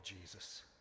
Jesus